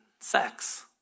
sex